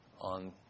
on